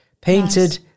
Painted